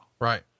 Right